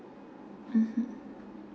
mmhmm